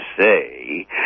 say